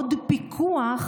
עוד פיקוח